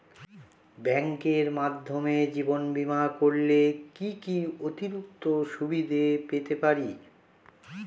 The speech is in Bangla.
ব্যাংকের মাধ্যমে জীবন বীমা করলে কি কি অতিরিক্ত সুবিধে পেতে পারি?